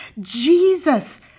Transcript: Jesus